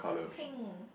pink